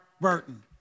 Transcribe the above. Burton